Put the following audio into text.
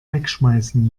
wegschmeißen